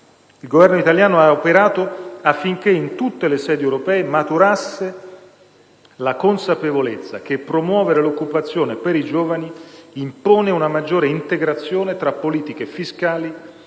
Il Governo italiano ha operato affinché in tutte le sedi europee maturasse la consapevolezza che promuovere l'occupazione per i giovani impone una maggiore integrazione tra politiche fiscali